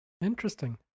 Interesting